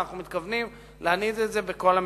ואנחנו מתכוונים להנהיג את זה בכל המשפחות.